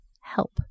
Help